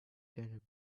than